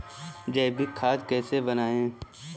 जैविक खाद कैसे बनाएँ?